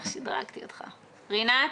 רינת?